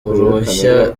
uruhushya